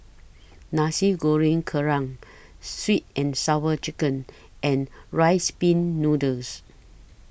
Nasi Goreng Kerang Sweet and Sour Chicken and Rice Pin Noodles